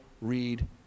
read